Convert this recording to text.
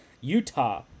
Utah